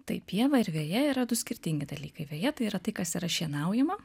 tai pieva ir veja yra du skirtingi dalykai veja tai yra tai kas yra šienaujama